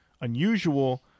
unusual